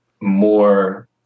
more